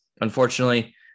unfortunately